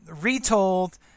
retold